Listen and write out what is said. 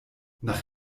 nach